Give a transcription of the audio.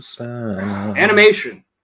animation